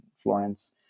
Florence